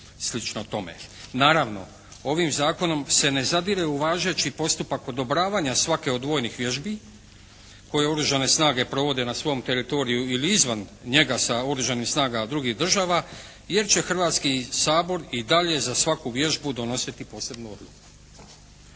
Naravno ovim Zakonom se ne zadire u važeći postupak odobravanja svake od vojnih vježbi koje oružane snage provode na svom teritoriju ili izvan njega sa oružanih snaga, a drugih država jer će Hrvatski sabor i dalje za svaku vježbu donositi posebnu odluku.